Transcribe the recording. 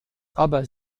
aber